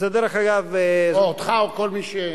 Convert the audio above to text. או אותך או כל מי,